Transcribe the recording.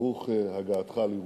ברוך הבא לירושלים.